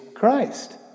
Christ